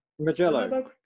Magello